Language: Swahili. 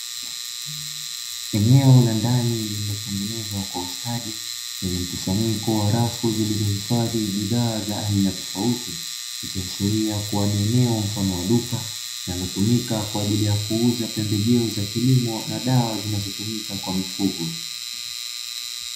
Eneo la ndani lililotengenezwa kwa ustadi lenye mkusanyiko wa rafu zilizohifadhi bidhaa aina tofauti, ikiashiria kuwa ni eneo mfano wa duka linalotumika kwa ajili ya kuuza pembejeo za kilimo na dawa zinazotumika kwa mifugo.